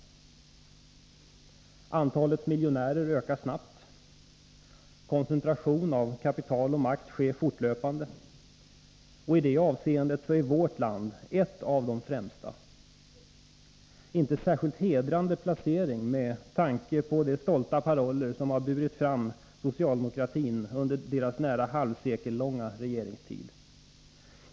Antalet miljonärer ökar snabbt. Koncentration av kapital och makt sker fortlöpande, och i det avseendet är vårt land ett av de främsta. En inte särskilt hedrande placering med tanke på de stolta paroller som burit fram socialdemokratin under dess nära halvse .ellånga regeringstid.